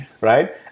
right